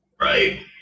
right